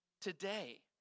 today